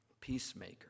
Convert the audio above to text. peacemaker